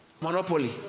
Monopoly